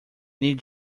knee